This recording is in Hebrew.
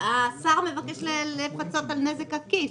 השר מבקש לפצות על נזק עקיף.